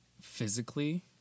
physically